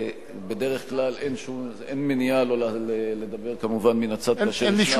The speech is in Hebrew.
ובדרך כלל אין מניעה לא לדבר כמובן מן הצד כאשר ישנה הסכמה,